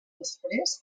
després